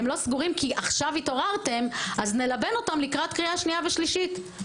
כי עכשיו התעוררתם אז נלבן אותם לקראת שנייה ושלישית.